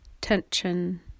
tension